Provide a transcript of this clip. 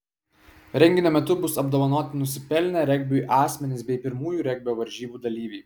renginio metu bus apdovanoti nusipelnę regbiui asmenys bei pirmųjų regbio varžybų dalyviai